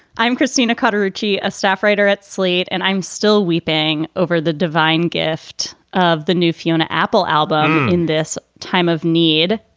i'm christina cutter ritchie, a staff writer at slate, and i'm still weeping over the divine gift of the new fiona apple album in this time of need.